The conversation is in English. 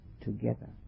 together